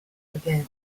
together